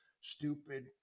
stupid